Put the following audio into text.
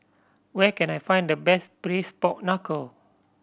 where can I find the best Braised Pork Knuckle